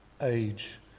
age